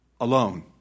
alone